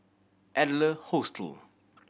Adler Hostel